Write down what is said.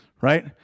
right